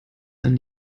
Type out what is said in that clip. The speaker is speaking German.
allem